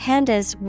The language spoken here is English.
Pandas